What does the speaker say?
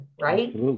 right